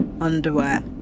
underwear